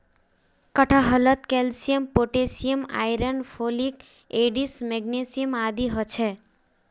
कटहलत calcium potassium iron folic acid magnesium आदि ह छे